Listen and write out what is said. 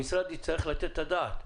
המשרד יצטרך לתת את הדעת.